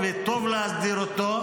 וטוב להסדיר אותו.